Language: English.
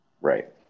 Right